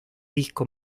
disco